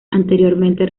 anteriormente